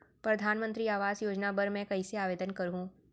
परधानमंतरी आवास योजना बर मैं कइसे आवेदन करहूँ?